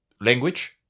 language